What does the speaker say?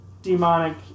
demonic